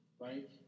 right